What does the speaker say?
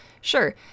sure